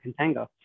Contango